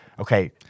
Okay